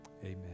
Amen